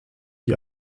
die